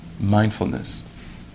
mindfulness